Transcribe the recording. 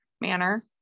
manner